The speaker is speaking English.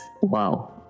Wow